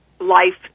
life